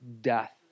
death